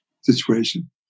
situation